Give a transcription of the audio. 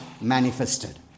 manifested